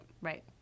right